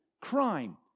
crime